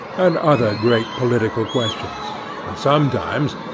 and other great political questions and sometimes,